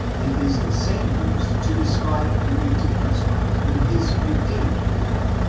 it is the same used to describe the redeemer's right in his redeemed people.